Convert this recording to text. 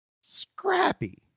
scrappy